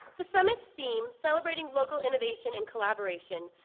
the summit's theme, celebrating local innovation and collaboration,